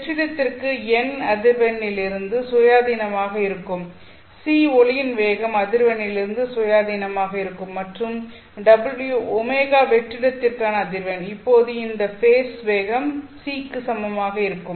வெற்றிடத்திற்கு n அதிர்வெண்ணிலிருந்து சுயாதீனமாக இருக்கும் c ஒளியின் வேகம் அதிர்வெண்ணிலிருந்து சுயாதீனமாக இருக்கும் மற்றும் ω வெற்றிடத்திற்கான அதிர்வெண் அப்போது இந்த ஃபேஸ் வேகம் c க்கு சமமாக இருக்கும்